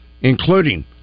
including